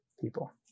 people